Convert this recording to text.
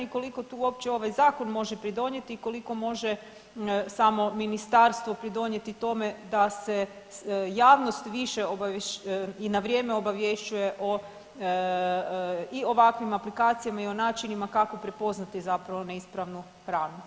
Koliko tu uopće ovaj zakon može pridonijeti i koliko može samo ministarstvo pridonijeti tome da se javnost više i na vrijeme obavješćuje o ovakvim aplikacijama i o načinima kako prepoznati zapravo neispravnu hranu?